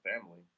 family